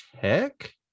Tech